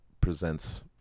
presents